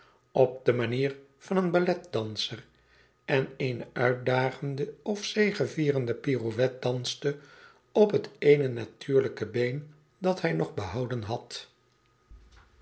op de manier van een balletdanser en eene uitdagende of zegevierende pirouet danste op het eene natuurlijke been dat hij nog behouden had